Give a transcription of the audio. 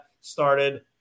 started